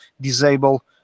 disable